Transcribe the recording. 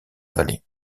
vallée